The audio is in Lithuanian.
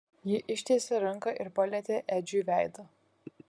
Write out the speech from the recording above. ji ištiesė ranką ir palietė edžiui veidą